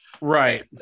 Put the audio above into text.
Right